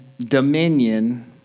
dominion